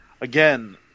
again